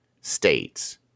states